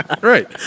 right